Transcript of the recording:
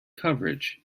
coverage